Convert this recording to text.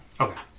Okay